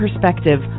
perspective